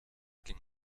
ging